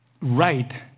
right